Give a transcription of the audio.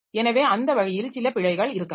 எனவே அந்த வழியில் சில பிழைகள் இருக்கலாம்